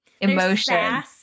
emotion